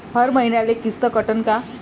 हर मईन्याले किस्त कटन का?